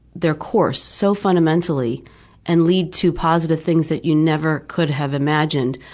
their course, so fundamentally and lead to positive things that you never could have imagined.